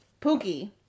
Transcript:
Pookie